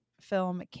film